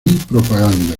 propaganda